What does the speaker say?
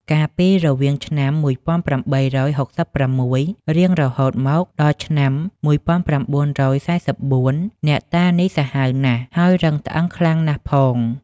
កាលពីរវាងឆ្នាំ ១៨៦៦ រៀងរហូតមកដល់ឆ្នាំ ១៩៤៤ អ្នកតានេះសាហាវណាស់ ហើយរឹងត្អឹងខ្លាំងណាស់ផង